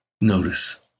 Notice